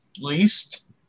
least